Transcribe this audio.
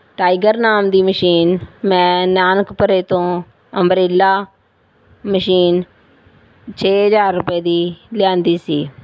tiger ਨਾਮ ਦੀ machine ਮੈਂ ਨਾਨਕਪੁਰੇ ਤੋਂ ਅੰਬਰੇਲਾ ਮਸ਼ੀਨ ਛੇ ਹਜ਼ਾਰ ਰੁਪਏ ਦੀ ਲਿਆਂਦੀ ਸੀ